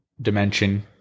dimension